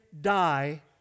die